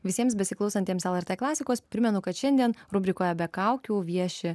visiems besiklausantiems lrt klasikos primenu kad šiandien rubrikoje be kaukių vieši